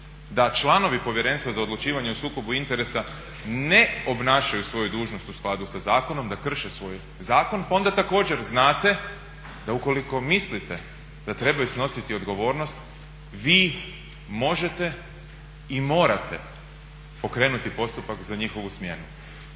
da članovi Povjerenstva za odlučivanje o sukobu interesa ne obnašaju svoju dužnost u skladu sa zakonom, da krše svoj zakon pa onda također znate da ukoliko mislite da trebaju snositi odgovornost vi možete i morate pokrenuti postupak za njihovu smjenu.